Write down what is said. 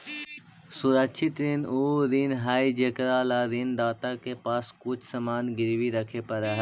सुरक्षित ऋण उ ऋण हइ जेकरा ला ऋण दाता के पास कुछ सामान गिरवी रखे पड़ऽ हइ